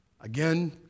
Again